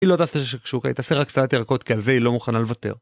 היא לא תעשה שקשוקה, היא תעשה רק סלט ירקות, כי על זה היא לא מוכנה לוותר.